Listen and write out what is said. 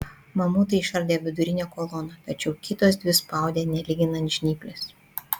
mamutai išardė vidurinę koloną tačiau kitos dvi spaudė nelyginant žnyplės